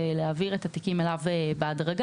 ולהעביר את התיקים אליו בהדרגה.